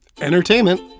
entertainment